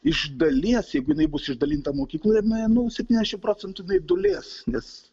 iš dalies jeigu jinai bus išdalinta mokyklom na septyniasdešimt procentų jinai dūlės nes